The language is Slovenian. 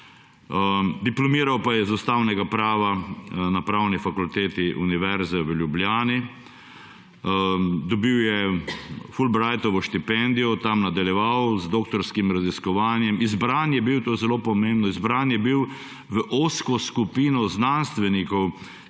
diplomiral pa je iz ustavnega prava na Pravni fakulteti Univerze v Ljubljani. Dobil je Fulbrighovo štipendijo, tam nadaljeval z doktorskim raziskovanjem. Izbran je bil – to je zelo pomembno – v ozko skupino znanstvenikov,